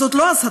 זאת לא הסתה?